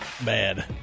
bad